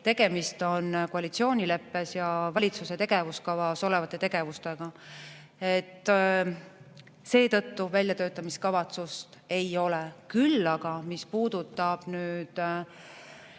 tegemist on koalitsioonileppes ja valitsuse tegevuskavas olevate tegevustega. Seetõttu väljatöötamiskavatsust ei ole. Aga mis puudutab nüüd